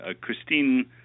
Christine